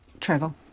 travel